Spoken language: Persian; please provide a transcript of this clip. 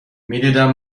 میدیدم